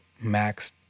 Max